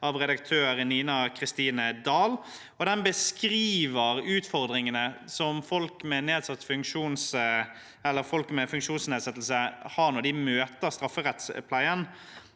som redaktør. Den beskriver utfordringene som folk med funksjons nedsettelse har når de møter strafferettspleien.